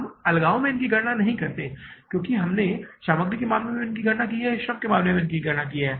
हम अलगाव में उनकी गणना नहीं करते हैं क्योंकि हमने सामग्री के मामले में गणना की है या हमने श्रम के मामले में गणना की है